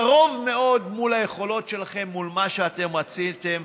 קרוב מאוד מול היכולות שלכם, מול מה שאתם רציתם.